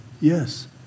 yes